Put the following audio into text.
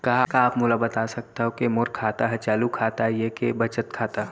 का आप मन मोला बता सकथव के मोर खाता ह चालू खाता ये के बचत खाता?